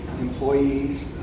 employees